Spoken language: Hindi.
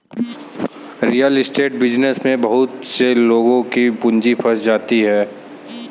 रियल एस्टेट बिजनेस में बहुत से लोगों की पूंजी फंस जाती है